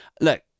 look